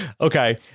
Okay